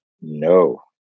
No